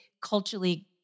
culturally